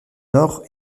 nord